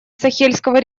сахельского